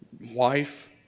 wife